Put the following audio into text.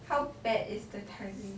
how bad is the timing